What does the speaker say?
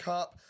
Cup